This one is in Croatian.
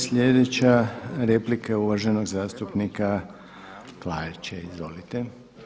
Sljedeća replika je uvaženog zastupnika Klarića Izvolite.